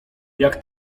jak